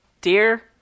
Dear